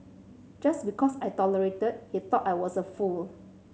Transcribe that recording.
just because I tolerated he thought I was a fool